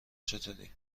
چطوری